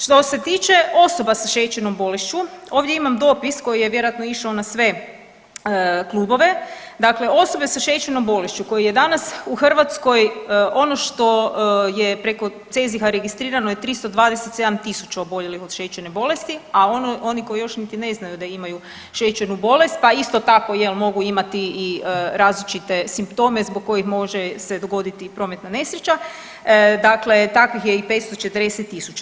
Što se tiče osoba sa šećernom bolešću ovdje imam dopis koji je vjerojatno išao na sve klubove, dakle osobe sa šećernom bolešću kojih je danas u Hrvatskoj ono što je preko CEZIH-a registrirano je 327.000 oboljelih od šećerne bolesti, a ono, oni koji još niti ne znaju da imaju šećernu bolest, pa isto tako jel mogu imati i različite simptome zbog kojih može se dogoditi i prometna nesreća, dakle takvih je 540.000.